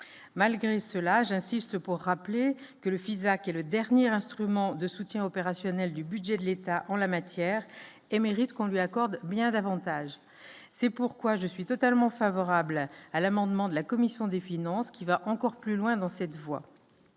malgré cela j'insiste pour rappeler que le Fisac est le dernier instrument de soutien opérationnel du budget de l'État en la matière et mérite qu'on lui accorde bien davantage, c'est pourquoi je suis totalement favorable à l'amendement de la commission des finances, qui va encore plus loin dans cette voie